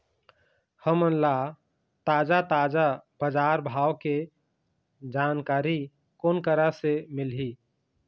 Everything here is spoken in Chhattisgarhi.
हमन ला ताजा ताजा बजार भाव के जानकारी कोन करा से मिलही?